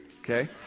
Okay